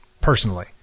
personally